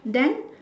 then